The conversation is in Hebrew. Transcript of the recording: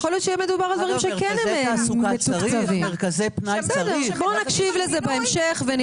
נקשיב לזה בהמשך.